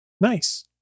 Nice